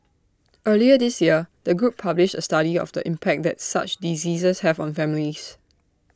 earlier this year the group published A study of the impact that such diseases have on families